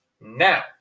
Now